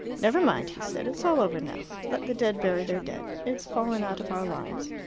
never mind, he said. it's all over now. let the dead bury their dead. it's fallen out of our lives.